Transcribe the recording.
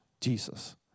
Jesus